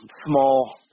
small